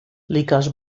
lykas